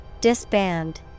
Disband